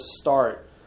start